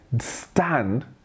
stand